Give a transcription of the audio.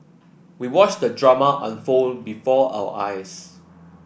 we watched the drama unfold before our eyes